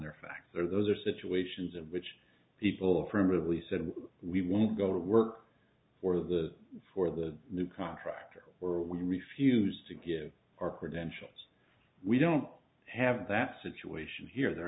their facts are those are situations in which people affirmatively said we would go to work for the for the new contractor or we refused to give our credentials we don't have that situation here there